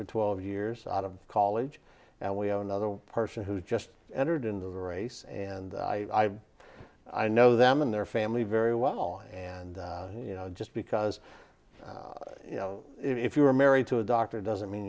for twelve years out of college and we have another person who just entered into the race and i i know them and their family very well and you know just because you know if you are married to a doctor doesn't mean